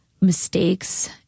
mistakes